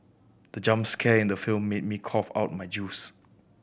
the jump scare in the film made me cough out my juice